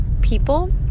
people